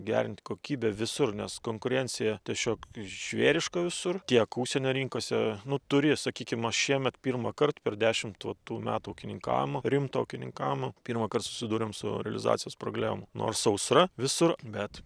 gerint kokybę visur nes konkurencija tiešiog žvėriška visur tiek užsienio rinkose nu turi sakykim aš šiemet pirmąkart per dešimt vat tų metų ūkininkavimo rimto ūkininkamo pirmąkart susidūrėm su realizacijos proglema nors sausra visur bet